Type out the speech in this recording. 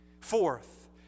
Fourth